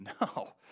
No